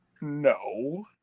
No